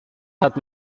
hat